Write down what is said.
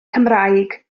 cymraeg